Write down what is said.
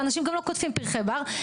ואנשים גם לא קוטפים פרחי בר.